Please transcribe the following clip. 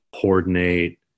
coordinate